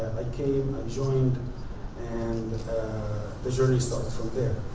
i came, i joined and the journey started from there.